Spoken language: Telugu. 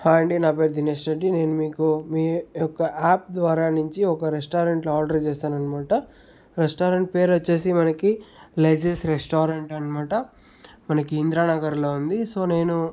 హాయ్ అండి నా పేరు దినేష్ రెడ్డి నేను మీకు మీ యొక్క యాప్ ద్వారా నుంచి ఒక రెస్టారెంట్లో ఆర్డర్ చేశాను అనమాట రెస్టారెంట్ పేరు వచ్చేసి మనకి లైసిస్ రెస్టారెంట్ అనమాట మనకి ఇందిరా నగర్లో ఉంది సో నేను